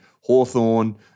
Hawthorne